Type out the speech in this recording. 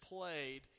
played